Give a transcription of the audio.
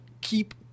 keep